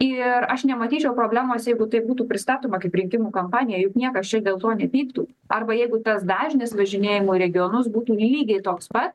ir aš nematyčiau problemos jeigu tai būtų pristatoma kaip rinkimų kampanija juk niekas čia dėl to nepyktų arba jeigu tas dažnis važinėjimo į regionus būtų lygiai toks pat